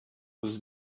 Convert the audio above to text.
was